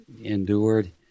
endured